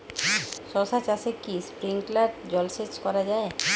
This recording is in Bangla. শশা চাষে কি স্প্রিঙ্কলার জলসেচ করা যায়?